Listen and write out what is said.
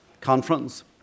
Conference